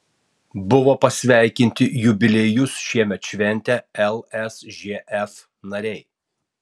buvo pasveikinti jubiliejus šiemet šventę lsžf nariai